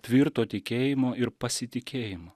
tvirto tikėjimo ir pasitikėjimu